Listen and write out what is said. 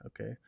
Okay